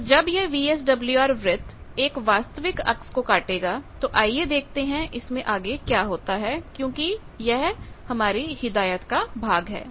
तो जब यह वीएसडब्ल्यूआर वृत्त एक वास्तविक अक्स को काटेगा तो आइए देखते हैं इसमें आगे क्या होता है क्योंकि यह हिदायत का भाग है